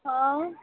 हँ